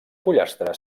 pollastre